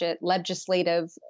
legislative